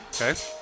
Okay